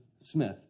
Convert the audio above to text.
Smith